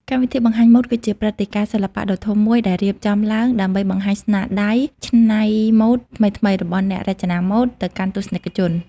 កម្មវិធីបង្ហាញម៉ូដ គឺជាព្រឹត្តិការណ៍សិល្បៈដ៏ធំមួយដែលរៀបចំឡើងដើម្បីបង្ហាញស្នាដៃច្នៃម៉ូដថ្មីៗរបស់អ្នករចនាម៉ូដ ទៅកាន់ទស្សនិកជន។